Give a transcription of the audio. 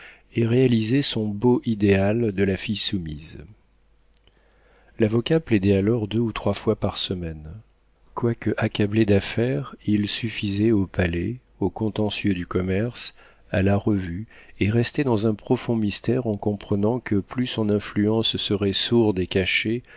et réalisait son beau idéal de la fille soumise l'avocat plaidait alors deux ou trois fois par semaine quoique accablé d'affaires il suffisait au palais au contentieux du commerce à la revue et restait dans un profond mystère en comprenant que plus son influence serait sourde et cachée